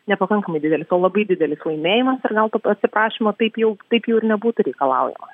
ne pakankamai didelis o labai didelis laimėjimas ar ne o to atsiprašymo taip jau taip jau ir nebūtų reikalaujama